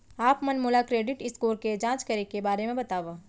आप मन मोला क्रेडिट स्कोर के जाँच करे के बारे म बतावव?